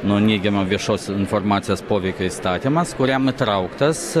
nuo neigiamo viešos informacijos poveikio įstatymas kuriam įtrauktas